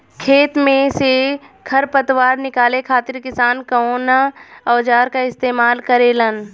खेत में से खर पतवार निकाले खातिर किसान कउना औजार क इस्तेमाल करे न?